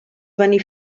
venir